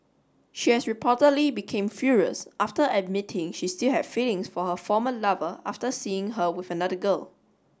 she has reportedly became furious after admitting she still had feelings for her former lover after seeing her with another girl